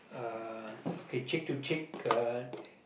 uh okay cheek to cheek uh